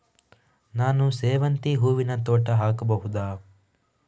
ನಾನು ಸೇವಂತಿ ಹೂವಿನ ತೋಟ ಹಾಕಬಹುದಾ?